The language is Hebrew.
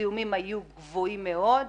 הזיהומים היו גבוהים מאוד,